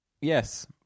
Yes